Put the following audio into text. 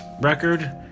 record